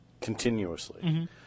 continuously